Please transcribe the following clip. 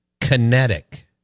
Kinetic